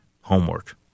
homework